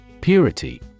Purity